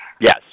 Yes